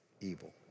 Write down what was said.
evil